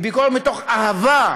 היא ביקורת מתוך אהבה,